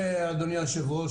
אדוני היושב-ראש,